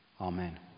Amen